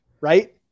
right